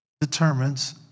determines